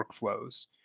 workflows